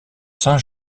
saint